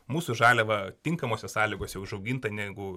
mūsų žaliavą tinkamose sąlygose užaugintą negu